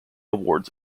awards